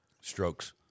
strokes